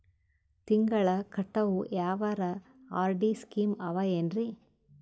ತಿಂಗಳ ಕಟ್ಟವು ಯಾವರ ಆರ್.ಡಿ ಸ್ಕೀಮ ಆವ ಏನ್ರಿ?